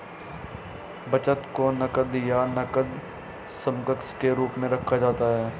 बचत को नकद या नकद समकक्ष के रूप में रखा जाता है